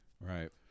Right